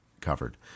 covered